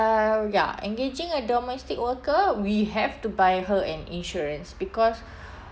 uh ya engaging a domestic worker we have to buy her an insurance because